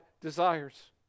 desires